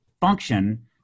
function